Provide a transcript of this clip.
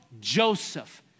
Joseph